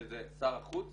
שזה שר החוץ